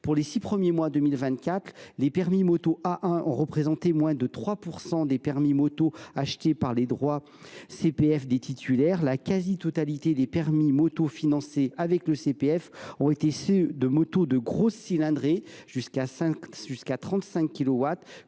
Durant les six premiers mois de 2024, les permis moto A1 ont représenté moins de 3 % des permis moto financés par les droits CPF des titulaires. La quasi totalité des permis moto financés le CPF concernent des motos de grosses cylindrées – jusqu’à 35